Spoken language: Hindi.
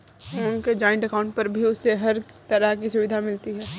ओम के जॉइन्ट अकाउंट पर भी उसे हर तरह की सुविधा मिलती है